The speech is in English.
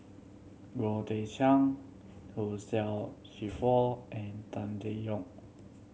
Goh Teck Sian Hugh Charles Clifford and Tan Teck Neo